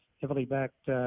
heavily-backed